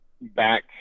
back